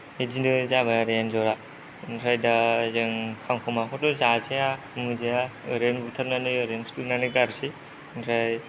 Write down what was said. इदिनो जाबाय आरो एन्जरा ओमफ्राय दा जों खांखमाखौथ' जाजाया मोनजाया ओरैनो बुथारनानै ओरैनो सिफ्लेनानै गारसै ओमफ्राय